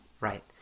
right